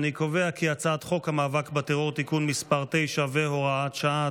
אני קובע כי הצעת חוק המאבק בטרור (תיקון מס' 9 והוראת שעה),